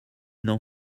n’en